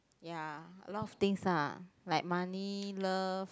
ya a lot of things lah like money love